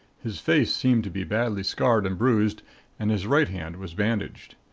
his face seemed to be badly scarred and bruised and his right hand was bandaged.